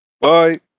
Bye